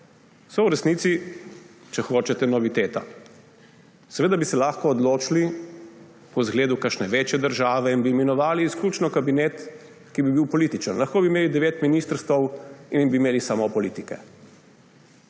so v resnici, če hočete, noviteta. Seveda bi se lahko odločili po zgledu kakšne večje države in bi imenovali izključno kabinet, ki bi bil političen. Lahko bi imeli 9 ministrstev in bi imeli samo politike,